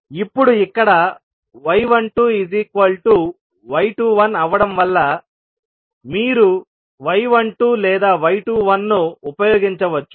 ఇప్పుడు ఇక్కడ y12y21అవ్వడం వల్ల మీరు y12 లేదా y21 ను ఉపయోగించవచ్చు